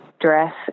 dress